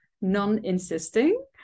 non-insisting